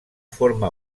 forma